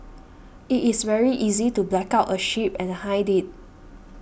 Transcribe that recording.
it is very easy to black out a ship and hide it